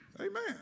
Amen